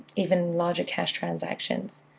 even larger cash transactions